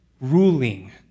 ruling